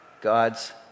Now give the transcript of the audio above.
God's